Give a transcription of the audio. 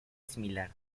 similar